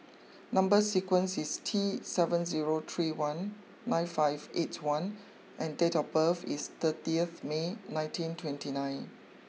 number sequence is T seven zero three one nine five eight one and date of birth is thirtieth May nineteen twenty nine